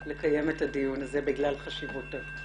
לקיים את הדיון הזה בגלל חשיבותו.